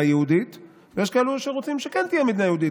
יהודית ויש כאלה שרוצים שכן תהיה מדינה יהודית.